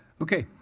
okay.